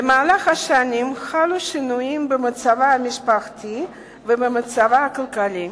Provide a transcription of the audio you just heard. במהלך השנים חלו שינויים במצבה המשפחתי ובמצבה הכלכלי.